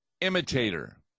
imitator